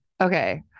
Okay